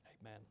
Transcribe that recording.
Amen